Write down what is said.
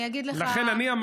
אני אגיד לך, לכן עקבתי.